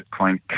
Bitcoin